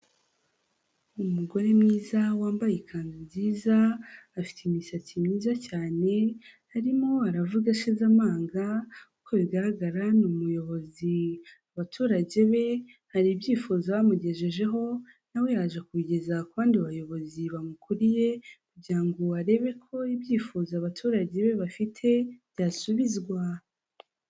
Umugore mwiza wambaye ikanzu nziza afite imisatsi myiza cyane arimo aravuga ashize amanga uko bigaragara ni umuyobozi, abaturage be hari ibyifuzo bamugejejeho nawe yaje kubigeza ku bandi bayobozi bamukuriye kugira ngo arebe ko ibyifuzo abaturage be bafite byasubizwa.